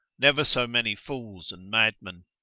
never so many fools and madmen.